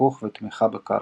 חיכוך ותמיכה בקרקע.